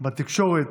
בתקשורת,